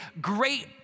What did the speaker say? great